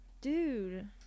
Dude